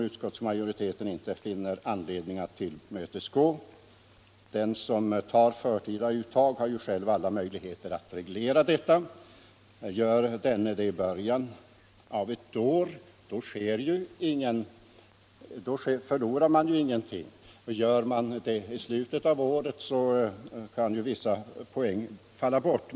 Utskottsmajoriteten har inte funnit anledning biträda det förslaget. Den som bestämmer sig för förtida uttag har ju själv alla möjligheter att reglera den här saken. Bestämmer han tidpunkten till början av ett år, så förlorar han ingenting. Gör han det i slutet av året kan dock vissa poäng falla bort.